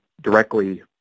directly